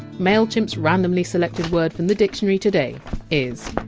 mailchimp! s randomly selected word from the dictionary today is!